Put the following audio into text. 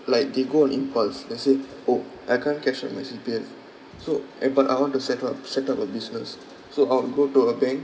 like they go on impulse let's say orh I can't cash out my C_P_F so eh but I want to set up set up a business so I'll go to a bank